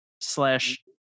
slash